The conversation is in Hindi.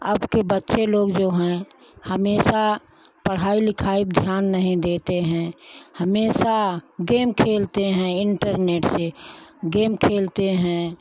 अब के बच्चे लोग जो हैं हमेशा पढ़ाई लिखाई पे ध्यान नहीं देते हैं हमेशा गेम खेलते हैं इन्टरनेट से गेम खेलते हैं